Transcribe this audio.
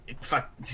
Fuck